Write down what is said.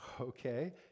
Okay